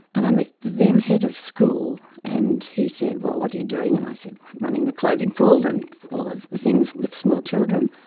and i met the then head of school and he said, well, what are you doing? and i said, i'm running the clothing pool and all of the things with small children.